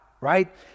right